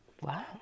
wow